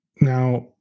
now